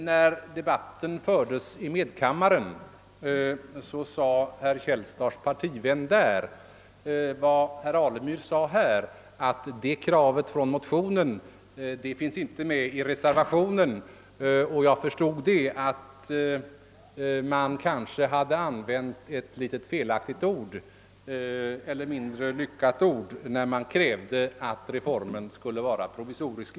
När debatten fördes i medkammaren påpekade en partivän till herr Källstad vad herr Alemyr framhöll här, nämligen att detta krav från motionen inte finns med i reservationen. Man hade tydligen använt ett mindre lyckat ord när man i motionen krävde att reformen . skulle vara provisorisk.